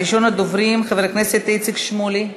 ראשון הדוברים, חבר הכנסת איציק שמולי,